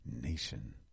nation